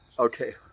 Okay